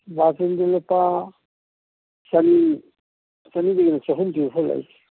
ꯕꯥꯇꯤꯟꯗꯨ ꯂꯨꯄꯥ ꯆꯅꯤ ꯆꯅꯤꯗꯩꯅ ꯆꯍꯨꯝ ꯄꯤꯕꯐꯧ ꯂꯩ